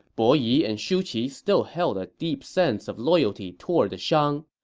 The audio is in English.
bo yi and shu qi still held a deep sense of loyalty toward the shang.